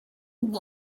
old